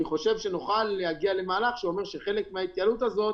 אני חושב שנוכל להגיע למהלך שאומר שבחלק מההתייעלות הזאת